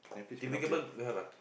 tv cable don't have ah